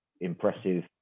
impressive